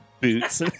boots